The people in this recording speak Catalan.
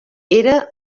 era